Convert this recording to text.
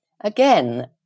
again